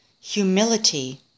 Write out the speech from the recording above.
Humility